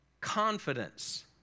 confidence